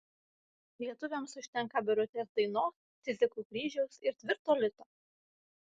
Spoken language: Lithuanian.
lietuviams užtenka birutės dainos cidziko kryžiaus ir tvirto lito